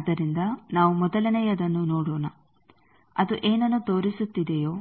ಆದ್ದರಿಂದ ನಾವು ಮೊದಲನೆಯದನ್ನು ನೋಡೋಣ ಅದು ಏನನ್ನು ತೋರಿಸುತ್ತಿದೆಯೋ